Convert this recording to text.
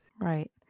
Right